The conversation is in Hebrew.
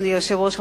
אדוני היושב-ראש,